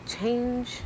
change